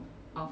of